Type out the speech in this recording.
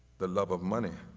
the love of money